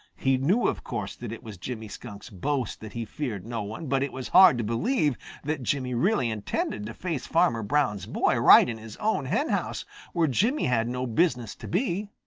he knew, of course, that it was jimmy skunk's boast that he feared no one, but it was hard to believe that jimmy really intended to face farmer brown's boy right in his own henhouse where jimmy had no business to be.